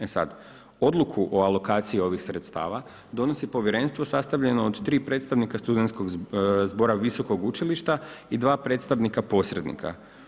E sada, odluku o alokaciji ovih sredstava donosi povjerenstvo sastavljeno od tri predstavnika Studentskog zbora visokog učilišta i dva predstavnika posrednika.